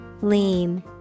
Lean